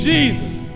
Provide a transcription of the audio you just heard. Jesus